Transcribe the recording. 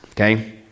okay